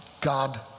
God